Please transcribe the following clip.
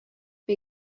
bei